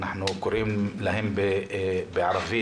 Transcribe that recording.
אנחנו קוראים להם בערבית